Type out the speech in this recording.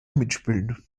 mitspielen